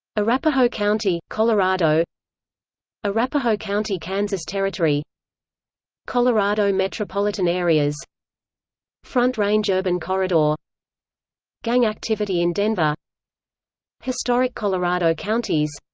arapahoe county, colorado arapahoe county, kansas territory colorado metropolitan areas front range urban corridor gang activity in denver historic colorado counties